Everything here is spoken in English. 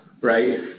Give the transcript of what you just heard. right